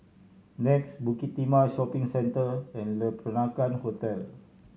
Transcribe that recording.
NEX Bukit Timah Shopping Centre and Le Peranakan Hotel